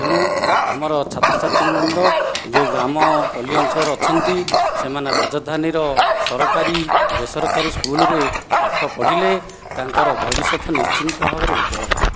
ତେଣୁ ଆମର ଛାତ୍ରଛାତ୍ରୀବୃନ୍ଦ ଯେଉଁ ଗ୍ରାମ ପଲ୍ଲୀ ଅଞ୍ଚଳର ଅଛନ୍ତି ସେମାନେ ରାଜଧାନୀର ସରକାରୀ ବେସରକାରୀ ସ୍କୁଲରେ ପାଠ ପଢ଼ିଲେ ତାଙ୍କର ଭବିଷ୍ୟତ ନିଶ୍ଚିତ ଭାବରେ ଉଜ୍ଵଳମୟ